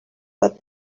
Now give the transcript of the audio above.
what